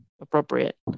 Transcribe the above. appropriate